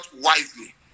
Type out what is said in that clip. wisely